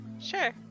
Sure